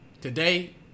Today